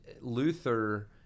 Luther